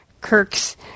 kirk's